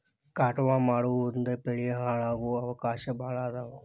ಕಟಾವ ಮಾಡುಮುಂದ ಬೆಳಿ ಹಾಳಾಗು ಅವಕಾಶಾ ಭಾಳ ಅದಾವ